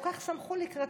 הם כל כך שמחו לקראתו.